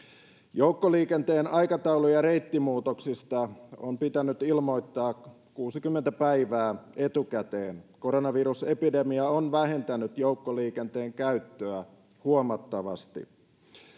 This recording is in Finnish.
joukkoliikenteen aikataulu ja reittimuutoksista on pitänyt ilmoittaa kuusikymmentä päivää etukäteen koronavirusepidemia on vähentänyt joukkoliikenteen käyttöä huomattavasti